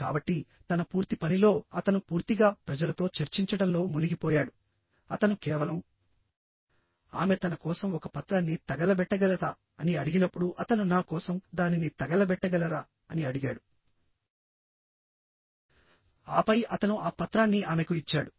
కాబట్టి తన పూర్తి పనిలో అతను పూర్తిగా ప్రజలతో చర్చించడంలో మునిగిపోయాడు అతను కేవలం ఆమె తన కోసం ఒక పత్రాన్ని తగలబెట్టగలదా అని అడిగినప్పుడు అతను నా కోసం దానిని తగలబెట్టగలరా అని అడిగాడు ఆపై అతను ఆ పత్రాన్ని ఆమెకు ఇచ్చాడు